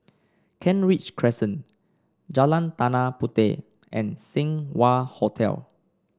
Kent Ridge Crescent Jalan Tanah Puteh and Seng Wah Hotel